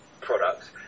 products